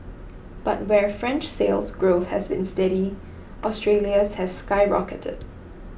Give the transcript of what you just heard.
but where French Sales Growth has been steady Australia's has skyrocketed